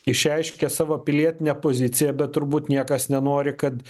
išreiškia savo pilietinę poziciją bet turbūt niekas nenori kad